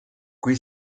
qui